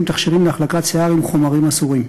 מייצרים תכשירים להחלקת שיער עם חומרים אסורים.